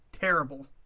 terrible